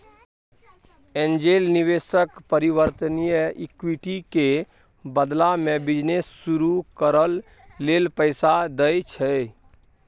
angel निवेशक परिवर्तनीय equity के बदला में बिजनेस शुरू करइ लेल पैसा दइ छै